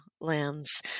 lands